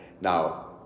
Now